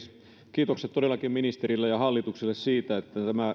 kiitokset todellakin ministerille ja hallitukselle siitä että